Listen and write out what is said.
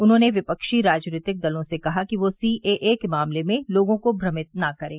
उन्होंने विपक्षी राजनीतिक दलों से कहा कि वे सीएए के मामले में लोगों को भ्रमित न करें